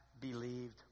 Believed